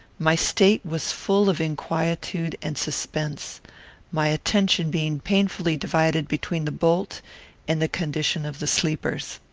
my state was full of inquietude and suspense my attention being painfully divided between the bolt and the condition of the sleepers.